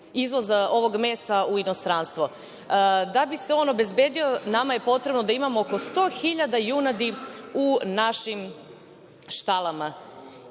izvoz ovog mesa u inostranstvo. Da bi se on obezbedio, nama je potrebno da imamo oko 100.000 junadi u našim štalama. Samo